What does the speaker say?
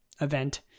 event